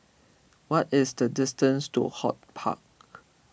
what is the distance to HortPark